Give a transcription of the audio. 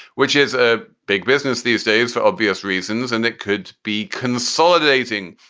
which is a big business these days for obvious reasons. and it could be consolidating.